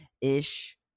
ish